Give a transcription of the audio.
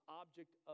object